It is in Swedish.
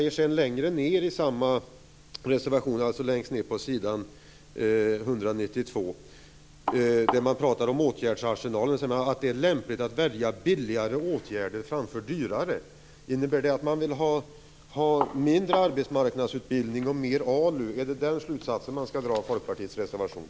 192, skriver Elver Jonsson apropå åtgärdsarsenalen att det är lämpligt att välja billigare åtgärder framför dyrare. Innebär det att Elver Jonsson vill ha mindre arbetsmarknadsutbildning och mer ALU? Är det den slutsatsen man skall dra av Folkpartiets reservation?